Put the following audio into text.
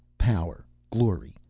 power, glory,